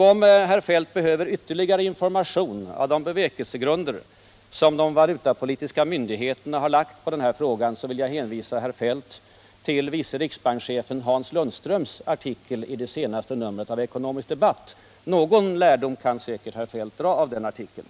Om herr Feldt behöver ytterligare information om de bevekelsegrunder som de valutapolitiska myndigheterna har i frågan vill jag hänvisa herr Feldt till vice riksbankschefen Hans Lundströms artikel i det senaste numret av Ekonomisk debatt — någon lärdom kan säkert herr Feldt dra av den artikeln.